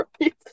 right